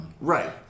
right